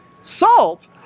salt